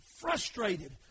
frustrated